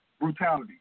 brutality